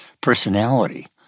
personality